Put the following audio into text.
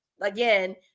again